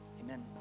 amen